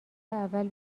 اول